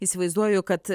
įsivaizduoju kad